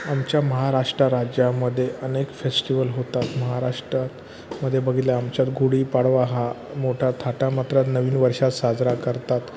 आमच्या महाराष्ट्र राज्यामध्ये अनेक फेस्टिव्हल होतात महाराष्ट्रात मध्ये बघितलं आमच्यात गुढीपाडवा हा मोठा थाटामाटात नवीन वर्षात साजरा करतात